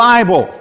Bible